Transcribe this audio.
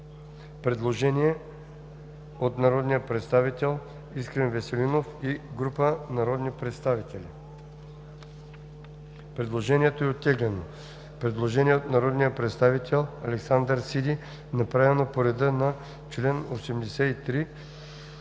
Предложение от народния представител Искрен Веселинов и група народни представители. Предложението е оттеглено. Предложение от народния представител Александър Сиди, направено по реда на чл. 83,